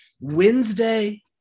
wednesday